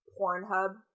Pornhub